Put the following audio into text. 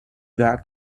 that